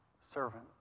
servant